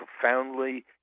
profoundly